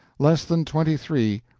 less than twenty-three,